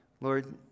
Lord